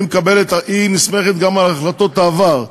היא נסמכת גם על החלטות העבר,